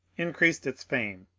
increased its fame.